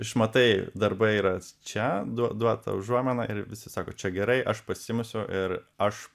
iš matai darbai yras čia duo duota užuomina ir visi sako čia gerai aš pasiimsiu ir aš